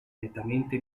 nettamente